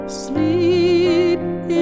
sleep